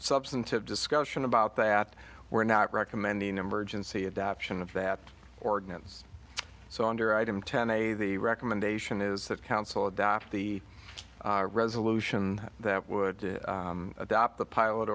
substantive discussion about that we're not recommending emergency adaption of that ordinance so under item ten a the recommendation is that council adopt the resolution that would adopt the pilot